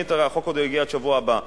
החוק לא יגיע עד השבוע הבא,